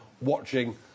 watching